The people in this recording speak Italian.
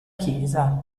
chiesa